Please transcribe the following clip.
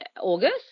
August